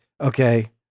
Okay